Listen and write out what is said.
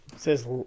Says